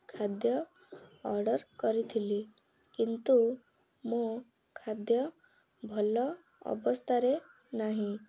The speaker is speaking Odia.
ଖାଦ୍ୟ ଅର୍ଡ଼ର୍ କରିଥିଲି କିନ୍ତୁ ମୋ ଖାଦ୍ୟ ଭଲ ଅବସ୍ଥାରେ ନାହିଁ